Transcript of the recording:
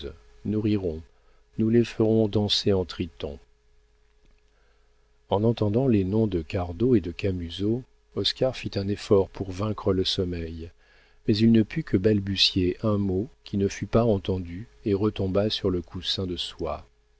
nous rirons nous les ferons danser en tritons en entendant les noms de cardot et de camusot oscar fit un effort pour vaincre le sommeil mais il ne put que balbutier un mot qui ne fut pas entendu et retomba sur le coussin de soie